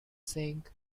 sink